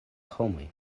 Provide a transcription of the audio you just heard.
homoj